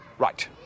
Right